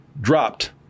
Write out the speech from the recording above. dropped